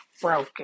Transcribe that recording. broken